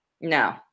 no